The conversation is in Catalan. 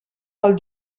pel